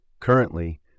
Currently